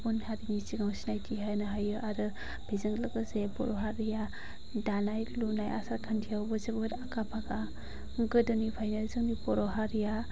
गुबुन हारिनि सिगाङाव सिनायथि होनो हायो आरो बेजों लोगोसे बर' हारिया दानाय लुनाय आसार खान्थियावबो जोबोद आखा फाखा गोदोनिफ्रायनो जोंनि बर' हारिया